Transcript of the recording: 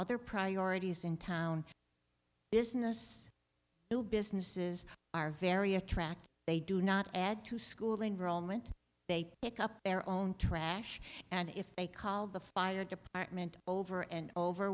other priorities in town business businesses are very attractive they do not add to school enrollment they pick up their own trash and if they call the fire department over and over